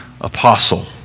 apostle